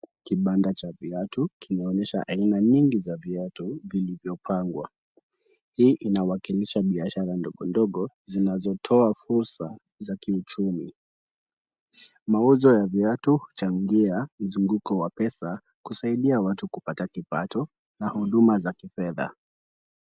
Kibanda cha viatu kinaonyesha aina nyingi za viatu vilivyopangwa. Hii inawakilisha biashara ndogo ndogo zinazotoa fursa za kiuchumi. Mauzo ya viatu huchangia mzunguko wa pesa, kusaidia watu kupata kipato na huduma za kifedha.